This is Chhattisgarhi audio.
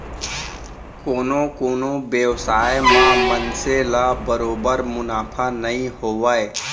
कोनो कोनो बेवसाय म मनसे ल बरोबर मुनाफा नइ होवय